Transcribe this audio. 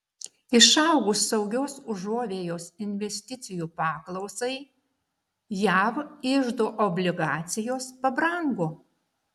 išaugus saugios užuovėjos investicijų paklausai jav iždo obligacijos pabrango